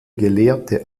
gelehrte